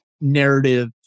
narrative